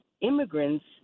immigrants